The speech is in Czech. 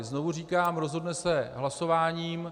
Znovu říkám, rozhodne se hlasováním.